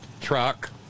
truck